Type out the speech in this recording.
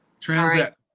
Transact